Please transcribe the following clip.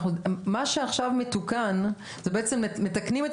מה שעכשיו מתוקן זה בעצם מתקנים את